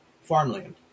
farmland